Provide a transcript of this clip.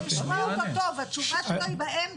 צריך לשמוע אותו טוב, התשובה שלו היא באמצע.